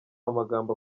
amagambo